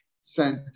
sent